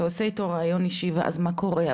אתה עושה איתו ריאיון אישי ואז מה קורה?